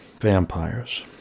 vampires